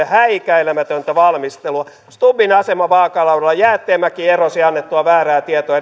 häikäilemätöntä valmistelua stubbin asema vaakalaudalla jäätteenmäki erosi annettuaan väärää tietoa